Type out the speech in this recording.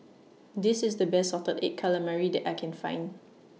This IS The Best Salted Egg Calamari that I Can Find